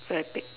very pek cek